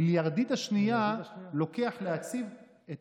מיליארדית השנייה לוקח להציב את